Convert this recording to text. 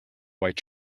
white